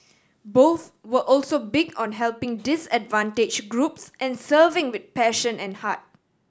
both were also big on helping disadvantaged groups and serving with passion and heart